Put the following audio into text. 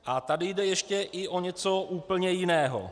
A tady jde ještě i o něco úplně jiného.